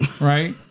right